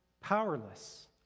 powerless